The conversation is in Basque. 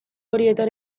horietan